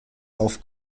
auf